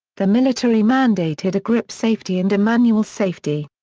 the military mandated a grip safety and a manual safety.